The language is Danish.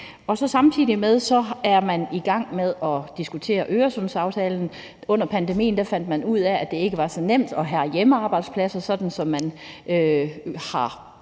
Samtidig er man i gang med at diskutere Øresundsaftalen. Under pandemien fandt man ud af, det ikke var så nemt at have hjemmearbejdspladser, sådan som man har